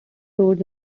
roads